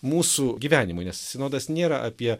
mūsų gyvenimui nes sinodas nėra apie